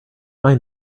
mind